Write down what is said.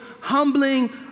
humbling